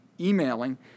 emailing